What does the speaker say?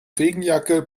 regenjacke